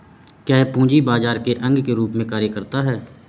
क्या यह पूंजी बाजार के अंग के रूप में कार्य करता है?